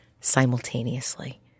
simultaneously